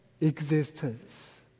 existence